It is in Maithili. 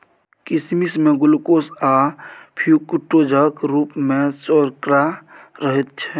किसमिश मे ग्लुकोज आ फ्रुक्टोजक रुप मे सर्करा रहैत छै